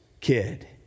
kid